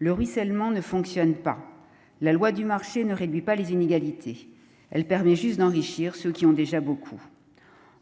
le ruissellement ne fonctionne pas, la loi du marché ne réduit pas les inégalités, elle permet juste d'enrichir ceux qui ont déjà beaucoup,